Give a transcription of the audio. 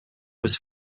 was